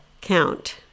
count